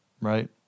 right